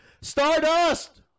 Stardust